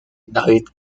david